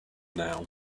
now